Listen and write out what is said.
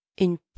une